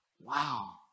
Wow